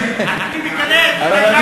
אני מגלה את איתן מחדש, אני אומר,